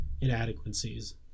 inadequacies